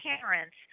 parents